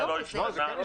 זה השתנה.